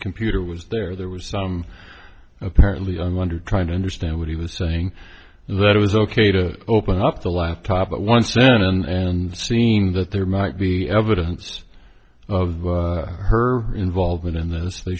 computer was there there were some apparently i wonder trying to understand what he was saying that it was ok to open up the laptop at once soon and am seen that there might be evidence of her involvement in this they